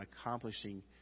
accomplishing